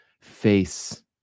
face